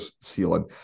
ceiling